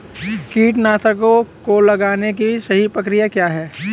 कीटनाशकों को लगाने की सही प्रक्रिया क्या है?